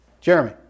Jeremy